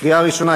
קריאה ראשונה.